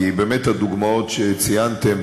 כי באמת היו הדוגמאות שציינתם,